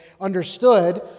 understood